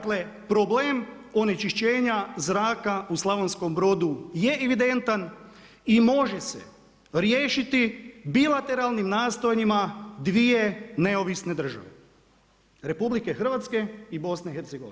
Dakle, problem onečišćenja zraka u Slavonskom Brodu je evidentan i može se riješiti bilateralnim nastojanjima dvije neovisne države – Republike Hrvatske i BiH.